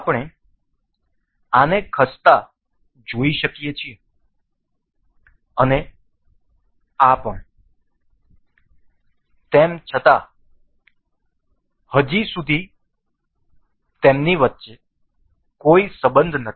આપણે આને ખસતા જોઈ શકીએ છીએ અને આ પણ તેમ છતાં હજી સુધી કોઈ સંબંધ નથી